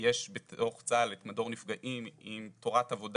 שיש בתוך צה"ל את מדור נפגעים עם תורת עבודה